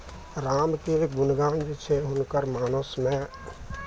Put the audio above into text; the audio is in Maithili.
रामके गुणगान जे छै हुनकर मानसमे